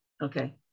Okay